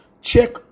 Check